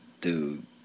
Dude